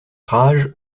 rage